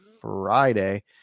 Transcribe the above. Friday